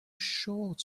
short